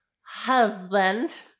Husband